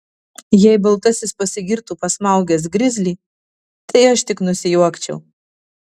jei baltasis pasigirtų pasmaugęs grizlį tai aš tik nusijuokčiau